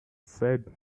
said